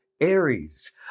Aries